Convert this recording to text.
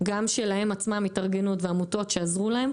גם שלהם עצמם התארגנו ועמותות שעזרו להם,